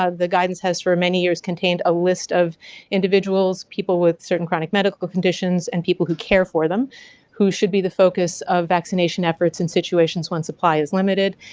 ah the guidance has for many years contained a list of individuals, people with certain chronic medical conditions and people who care for them who should be the focus of vaccination efforts in situations when supply is limited.